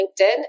LinkedIn